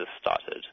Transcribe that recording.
started